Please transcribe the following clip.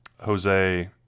Jose